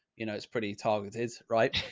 you know, it's pretty targeted, right?